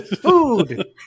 food